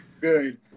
Good